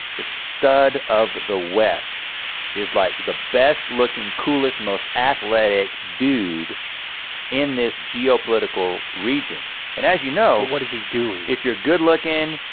the stud of the west is like the best looking coolest, most athletic dude in this geopolitical region and as you know what is he doing? if you're good looking,